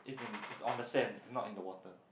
it's in it's on the sand it's not in the water